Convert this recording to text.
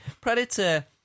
Predator